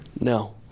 No